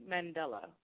Mandela